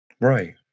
Right